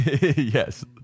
Yes